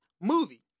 movie